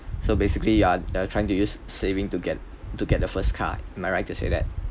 so basically you're you're trying to use savings to get to get the first car am I right to say that